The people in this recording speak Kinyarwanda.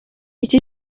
iki